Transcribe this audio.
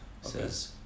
Says